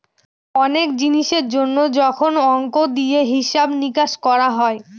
অনেক জিনিসের জন্য যখন অংক দিয়ে হিসাব নিকাশ করা হয়